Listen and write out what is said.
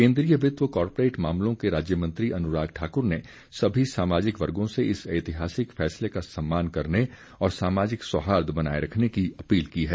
केन्द्रीय वित्त व कॉरपोरेट मामलों के राज्य मंत्री अनुराग ठाकुर ने सभी सामाजिक वर्गो से इस ऐतिहासिक फैसले का सम्मान करने और सामाजिक सौहार्द बनाए रखने की अपील की है